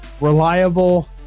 reliable